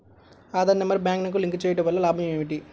Aadhaar number బ్యాంక్నకు link చేయుటవల్ల లాభం ఏమిటి?